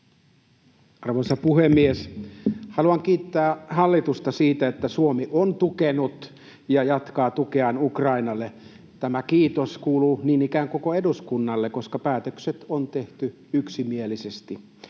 Arvoisa puhemies! Haluan kiittää hallitusta siitä, että Suomi on tukenut ja jatkaa tukeaan Ukrainalle. Tämä kiitos kuuluu niin ikään koko eduskunnalle, koska päätökset on tehty yksimielisesti.